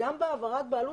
גם בהעברת בעלות,